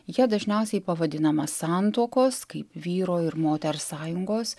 jie dažniausiai pavadinama santuokos kaip vyro ir moters sąjungos